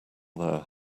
there